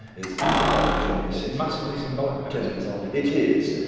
it's it's about twenty minute, massively symbolic ten minutes all it is,